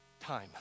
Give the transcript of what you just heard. time